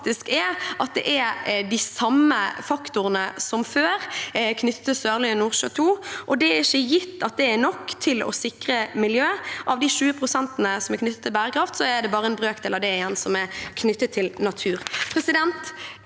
det er de samme faktorene som før knyttet til Sørlige Nordsjø II, og det er ikke gitt at det er nok til å sikre miljø. Av de 20 pst. som er knyttet til bærekraft, er det bare en brøkdel av det igjen som er knyttet til natur.